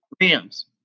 Rams